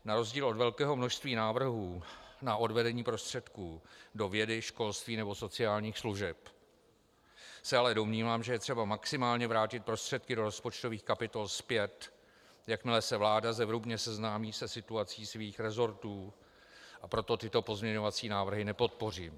Na rozdíl od velkého množství návrhů na odvedení prostředků do vědy, školství nebo sociálních služeb se ale domnívám, že je třeba maximálně vrátit prostředky do rozpočtových kapitol zpět, jakmile se vláda zevrubně seznámí se situací svých resortů, a proto tyto pozměňovací návrhy nepodpořím.